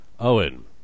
Owen